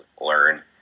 learn